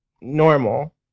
normal